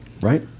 right